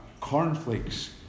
cornflakes